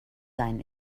design